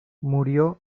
murió